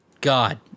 God